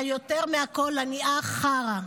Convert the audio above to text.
אבל יותר מהכול, אני אח חרא.